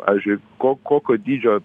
pavyzdžiui ko kokio dydžio